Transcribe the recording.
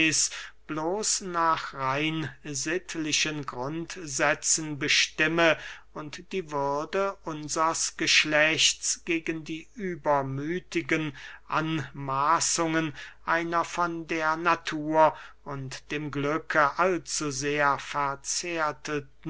bloß nach reinsittlichen grundsätzen bestimme und die würde unsers geschlechts gegen die übermüthigen anmaßungen einer von der natur und dem glücke allzu sehr